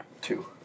two